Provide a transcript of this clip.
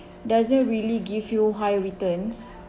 doesn't really give you higher returns